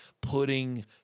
putting